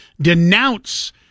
denounce